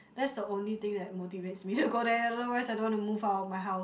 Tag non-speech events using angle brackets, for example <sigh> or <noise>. that's the only thing that motivates me <laughs> to go there otherwise I don't want to move out of my house